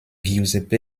giuseppe